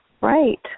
Right